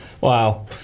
Wow